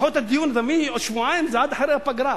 לדחות את הדיון בעוד שבועיים זה עד אחרי הפגרה.